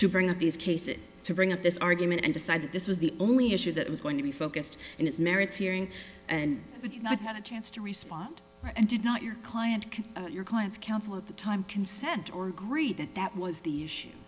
to bring up these cases to bring up this argument and decided this was the only issue that was going to be focused in its merits hearing and did not have a chance to respond and did not your client can your client's counsel at the time consent or agree that that was the issue